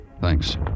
Thanks